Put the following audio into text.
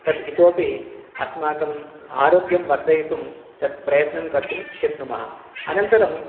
तत् इतोऽपि अस्माकम् आरोग्यं वर्धयितुं तत् प्रयत्नं कर्तुं शक्नुमः अनन्तरं